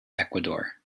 ecuador